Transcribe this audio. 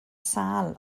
sâl